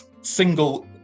single